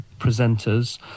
presenters